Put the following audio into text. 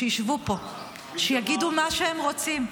שישבו פה, שיגידו מה שהם רוצים.